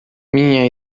minha